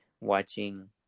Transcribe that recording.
watching